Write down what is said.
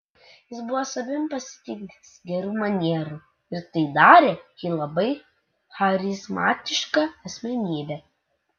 jis buvo savimi pasitikintis gerų manierų ir tai darė jį labai charizmatiška asmenybe